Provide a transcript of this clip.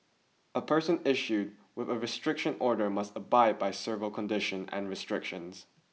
a person issued with a restriction order must abide by several conditions and restrictions